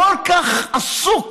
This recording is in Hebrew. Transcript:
כל כך עסוק